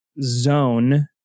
zone